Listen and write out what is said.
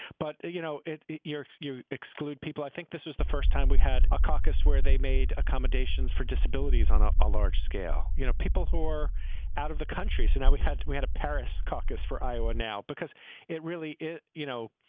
but, you know, if you exclude people, i think this is the first time we had a caucus where they made accommodations for disabilities on a ah large scale. you know, people who are out of the country. so now we had we had a paris caucus for iowa now because it really it you know,